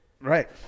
Right